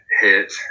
hit